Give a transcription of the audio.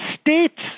states